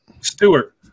Stewart